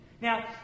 Now